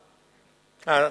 בראבו.